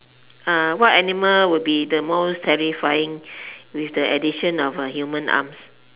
uh what animal will be the most terrifying with the addition of a human arm